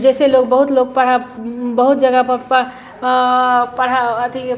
जैसे लोग बहुत लोग पढ़ा बहुत जगह पर पढ़ पढ़ा अथि अ